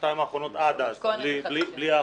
עד אז בלי האחרונה.